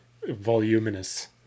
voluminous